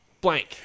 blank